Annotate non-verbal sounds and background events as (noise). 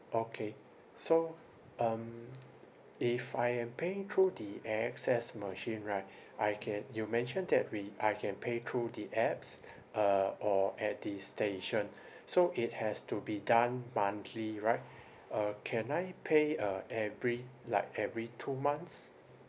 okay so um (noise) if I am paying through the A_X_S machine right I can you mentioned that we I can pay through the apps uh or at the station so it has to be done monthly right uh can I pay uh every like every two months